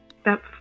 step